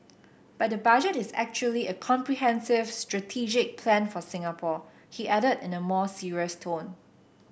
but the Budget is actually a comprehensive strategic plan for Singapore he added in a more serious tone